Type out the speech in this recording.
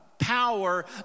power